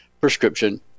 prescription